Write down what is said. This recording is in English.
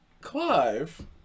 Clive